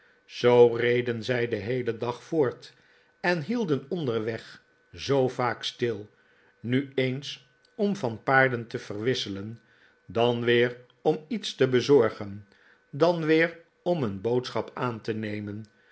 zoo reden zij den heelen dag voort en hielden onderweg zoo vaak stil nu eens om van paarden te verwisselen dan weer om lets te bezorgen dan weer om een boodschap aan te nemen